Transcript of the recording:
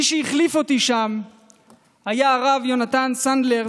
מי שהחליף אותי שם היה הרב יונתן סנדלר,